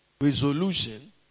resolution